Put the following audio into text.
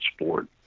sport